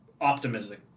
optimistic